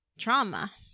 trauma